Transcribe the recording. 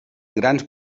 grans